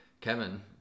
Kevin